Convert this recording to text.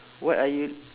what are you